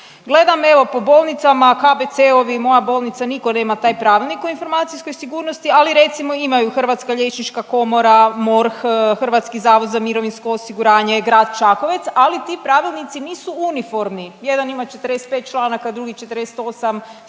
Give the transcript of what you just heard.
Gledam evo po bolnicama, KBC-ovi, moja bolnica, niko nema taj Pravilnik o informacijskoj sigurnosti, ali recimo imaju Hrvatska liječnička komora, MORH, HZMO, grad Čakovec, ali ti pravilnici nisu uniformni, jedan ima 45 članaka, drugi 48,